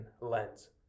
lens